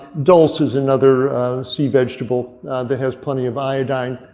dulse is another sea vegetable that has plenty of iodine.